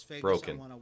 Broken